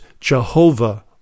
Jehovah